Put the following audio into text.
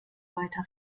weiter